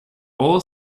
all